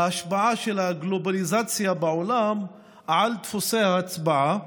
ההשפעה של הגלובליזציה בעולם על דפוסי ההצבעה.